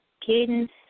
Cadence